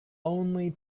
only